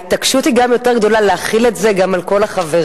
ההתעקשות היא גם יותר גדולה להחיל את זה גם על כל החברים?